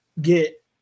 get